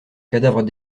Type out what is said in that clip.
cadavre